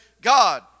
God